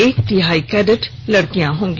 एक तिहाई कैडेट लड़कियां होंगी